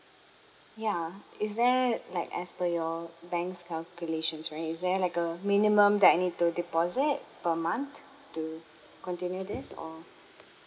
ya is there like as per your banks calculations right is there like a minimum that I need to deposit per month to continue this or